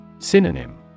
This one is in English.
Synonym